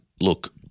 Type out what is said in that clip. look